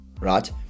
right